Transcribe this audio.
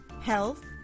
health